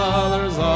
other's